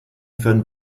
führen